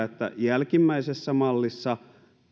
että jälkimmäisessä mallissa